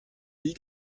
wie